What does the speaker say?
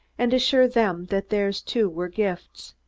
and assure them that theirs, too, were gifts.